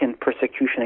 persecution